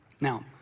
Now